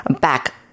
back